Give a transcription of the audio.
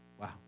Wow